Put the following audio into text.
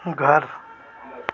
घर